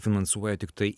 finansuoja tiktai